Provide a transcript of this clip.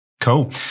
Cool